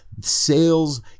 sales